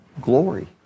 glory